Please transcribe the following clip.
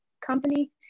company